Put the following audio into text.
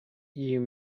you